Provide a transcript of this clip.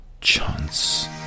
Chance